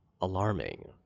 alarming